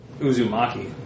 Uzumaki